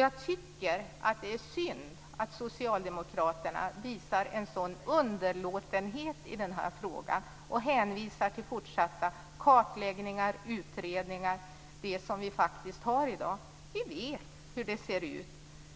Jag tycker att det är synd att socialdemokraterna visar en sådan underlåtenhet i den här frågan och hänvisar till fortsatta kartläggningar och utredningar, sådant som vi faktiskt har i dag. Vi vet hur det ser ut.